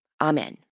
Amen